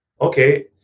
Okay